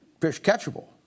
fish-catchable